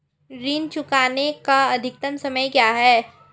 ऋण चुकाने का अधिकतम समय क्या है?